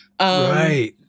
Right